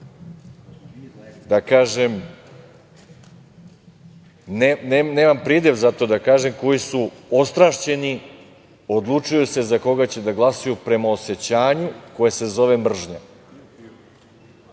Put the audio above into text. da kažem, nemam pridev za to, koji su ostrašćeni odlučuju se za koga će da glasaju prema osećanju koje se zove mržnja. Problem